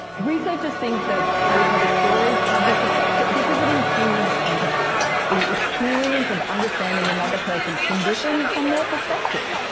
researchers think the harry potter stories have this effect because it improves empathy the experience of understanding another person's condition from their perspective.